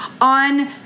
on